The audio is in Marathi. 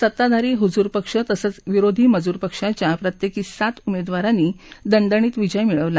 सत्ताधारी हुजूर पक्ष तसंच विरोधी मजूर पक्षाच्या प्रत्येकी सात उमेदवारांनी दणदणीत विजय मिळवला